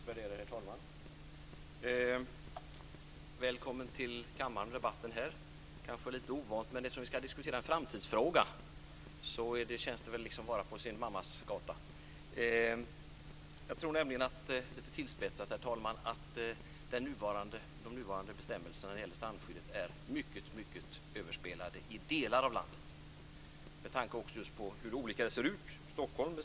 Herr talman! Välkommen till debatten i kammaren. Det är kanske lite ovant, men eftersom det är en framtidsfråga som ska diskuteras känns det väl som att vara på sin mammas gata. Jag tror, lite tillspetsat herr talman, att de nuvarande bestämmelserna när det gäller strandskyddet är mycket överspelade med tanke på hur olika det ser ut i delar av landet.